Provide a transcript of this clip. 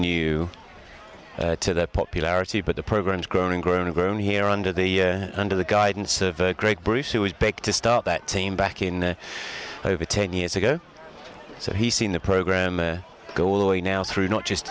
new to the popularity but the programs grown and grown and grown here under the under the guidance of great bruce who is back to start that team back in over ten years ago so he seen the program go away now through not just